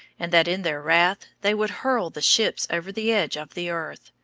and that in their wrath they would hurl the ships over the edge of the earth,